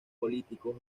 políticos